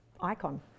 icon